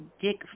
Dick